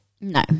No